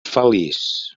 feliç